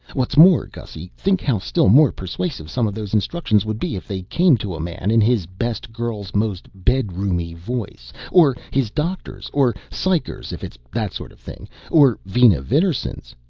what's more, gussy, think how still more persuasive some of those instructions would be if they came to a man in his best girl's most bedroomy voice, or his doctor's or psycher's if it's that sort of thing or vina vidarsson's!